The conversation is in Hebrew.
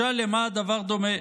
משל למה הדבר דומה?